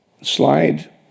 Slide